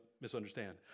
misunderstand